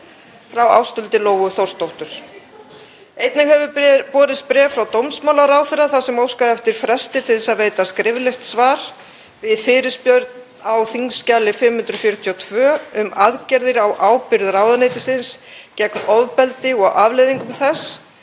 frá Ásthildi Lóu Þórsdóttur. Einnig hefur borist bréf frá dómsmálaráðherra þar sem óskað er eftir fresti til að veita skriflegt svar við fyrirspurn á þskj. 542, um aðgerðir á ábyrgð ráðuneytisins gegn ofbeldi og afleiðingum þess,